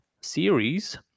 series